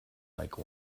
like